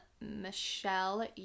Michelle